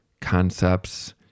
concepts